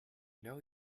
know